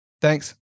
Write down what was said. Thanks